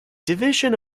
division